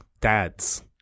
dads